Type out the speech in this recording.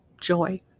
joy